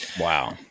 Wow